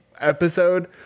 episode